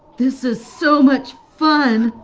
this is so much fun.